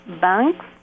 banks